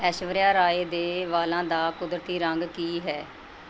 ਐਸ਼ਵਰਿਆ ਰਾਏ ਦੇ ਵਾਲਾਂ ਦਾ ਕੁਦਰਤੀ ਰੰਗ ਕੀ ਹੈ